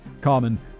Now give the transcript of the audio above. carmen